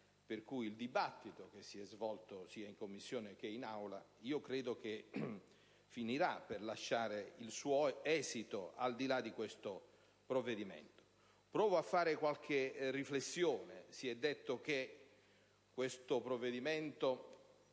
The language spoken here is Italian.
che il dibattito che è stato svolto sia in Commissione che in Aula finirà per lasciare il suo esito anche al di là di questo provvedimento. Proverò a svolgere qualche riflessione. Si è detto che questo provvedimento